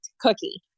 cookie